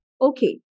Okay